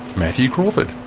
matthew crawford.